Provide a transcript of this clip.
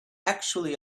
actually